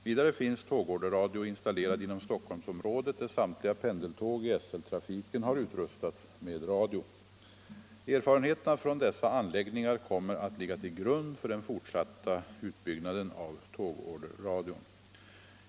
Vidare finns tågorderradio installerad inom Stockholmsområdet där samtliga pendeltåg i SL-trafiken har utrustats med radio. Erfarenheterna från dessa anläggningar kommer att ligga till grund för den fortsatta utbyggnaden av tågorderradio.